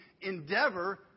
endeavor